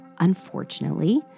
Unfortunately